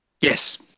Yes